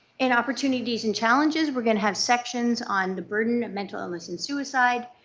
and opportunities and challenges. we are going to have sections on the burden of mental illness and suicide,